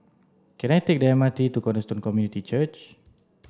can I take the M R T to Cornerstone Community Church